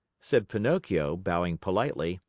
said pinocchio, bowing politely.